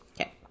okay